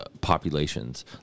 populations